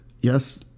Yes